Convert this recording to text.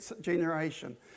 generation